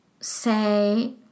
say